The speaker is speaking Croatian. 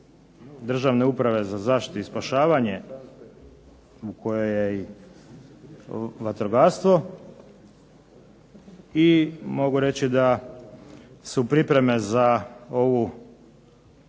Državne uprave za zaštitu i spašavanje u kojoj je vatrogastvo. I mogu reći da su pripreme za ovu